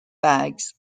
bags